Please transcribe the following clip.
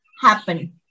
happen